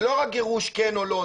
זה לא רק גירוש, כן או לא.